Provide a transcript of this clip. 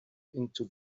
into